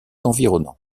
environnants